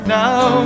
now